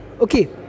Okay